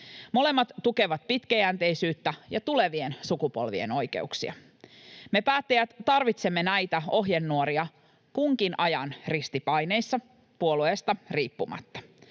Molemmat tukevat pitkäjänteisyyttä ja tulevien sukupolvien oikeuksia. Me päättäjät tarvitsemme näitä ohjenuoria kunkin ajan ristipaineissa puolueesta riippumatta.